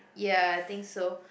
ya I think so